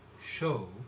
show